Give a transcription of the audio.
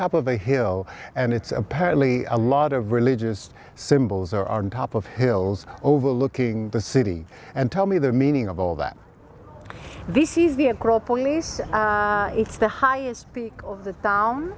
top of a hill and it's apparently a lot of religious symbols are on top of hills overlooking the city and tell me the meaning of all that this is where grow police it's the highest peak of the town